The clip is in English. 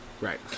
Right